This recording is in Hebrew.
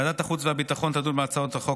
ועדת החוץ והביטחון תדון בהצעת החוק